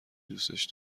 دوسش